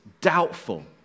doubtful